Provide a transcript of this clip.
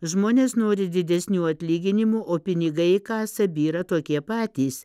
žmonės nori didesnių atlyginimų o pinigai į kasą byra tokie patys